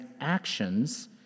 actions—